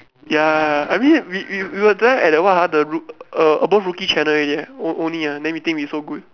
ya I mean we we we were there at the what ah roo~ err above rookie channel already only leh o~ only ah then we think we so good